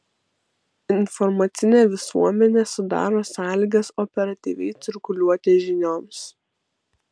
informacinė visuomenė sudaro sąlygas operatyviai cirkuliuoti žinioms